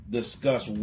discuss